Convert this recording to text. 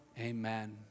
Amen